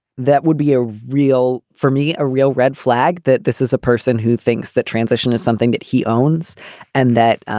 that would be a real for me, a real red flag that this is a person who thinks that transition is something that he owns and that